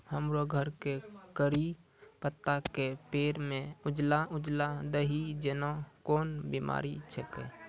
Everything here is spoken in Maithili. हमरो घर के कढ़ी पत्ता के पेड़ म उजला उजला दही जेना कोन बिमारी छेकै?